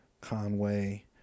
Conway